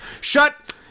Shut